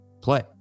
play